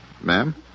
Ma'am